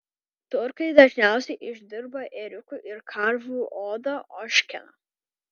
turkai dažniausiai išdirba ėriukų ir karvių odą ožkeną